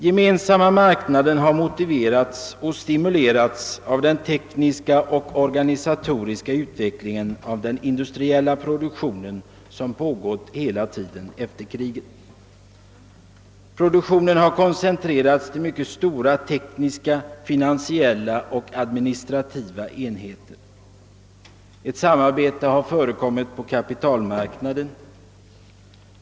Gemensamma marknaden har motiverats och stimulerats av den tekniska och organisatoriska utveckling av den industriella produktionen som pågått hela tiden efter kriget. Produktionen har koncentrerats till mycket stora tekniska, finansiella och administrativa enheter. Ett samarbete har förekommit på kapitalmarknaden.